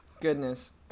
Goodness